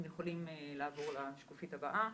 אתם יכולים לעבור לשקופית הבאה.